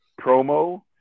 promo